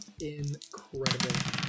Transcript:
Incredible